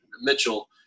mitchell